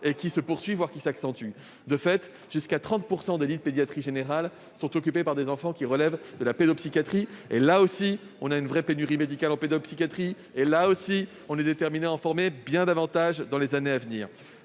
elle se poursuit, voire s'accentue. De fait, jusqu'à 30 % des lits de pédiatrie générale sont occupés par des enfants qui relèvent de pédopsychiatrie. Nous avons en effet une véritable pénurie médicale en pédopsychiatrie et, là encore, nous sommes déterminés à en former bien davantage dans les années à venir.